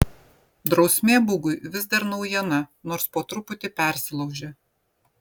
drausmė bugui vis dar naujiena nors po truputį persilaužia